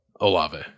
Olave